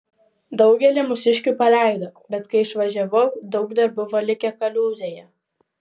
daugelį mūsiškių paleido bet kai išvažiavau daug dar buvo likę kaliūzėje